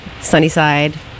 Sunnyside